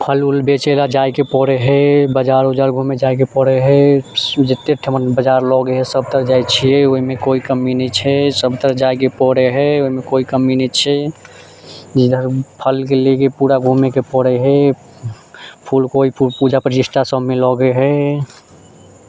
फल ओल बेचे लऽ जायके पड़ैत हय बजार ओजार घूमे जायके पड़ैत हय जतेक ठाम बजार लगे हय सब तक जाइत छियै ओहिमे कोइ कमी नहि छै सब तरफ जायके पड़ैत हय ओहिमे कोइ कमी नहि छै फलके लेके पूरा घूमेके पड़ैत हय फूलके कोइ पूजा प्रतिष्ठा सबमे लगैत हय